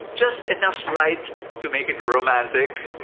just enough light to make it romantic,